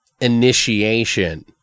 initiation